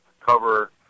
cover